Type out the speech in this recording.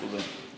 תודה.